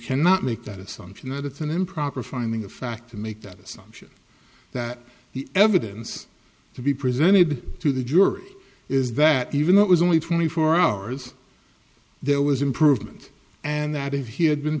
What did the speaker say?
cannot make that assumption that it's an improper finding of fact to make that assumption that the evidence to be presented to the jury is that even though it was only twenty four hours there was improvement and that if he had been